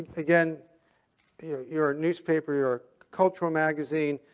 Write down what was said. again you're you're a newspaper. you're a cultural magazine.